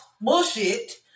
bullshit